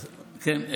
כן.